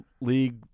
league –